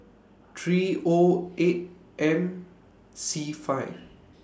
three O eight M C five